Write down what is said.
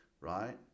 right